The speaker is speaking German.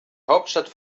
hauptstadt